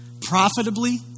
profitably